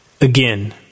Again